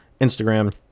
Instagram